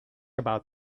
about